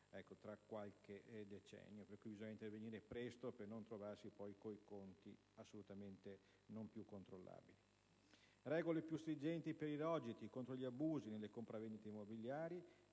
regole più stringenti per i rogiti, contro gli abusi; nelle compravendite immobiliari,